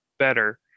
better